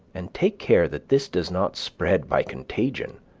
and take care that this does not spread by contagion.